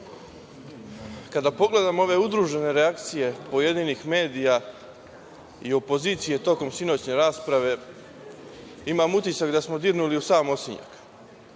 pogledam ove udružene reakcije pojedinih medija i opozicije tokom sinoćne rasprave imam utisak da smo dirnuli u sam osinjak. Moj